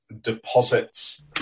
deposits